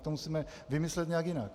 To musíme vymyslet nějak jinak.